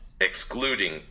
excluding